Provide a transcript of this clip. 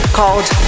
called